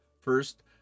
first